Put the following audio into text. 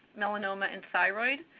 melanoma, and thyroid.